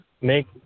make